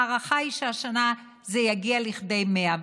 ההערכה היא שהשנה זה יגיע לכדי 100,